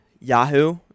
Yahoo